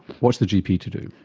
what's the gp to do?